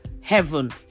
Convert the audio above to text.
heaven